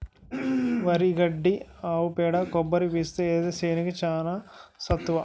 వరి గడ్డి ఆవు పేడ కొబ్బరి పీసుతో ఏత్తే సేనుకి చానా సత్తువ